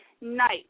night